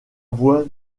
voix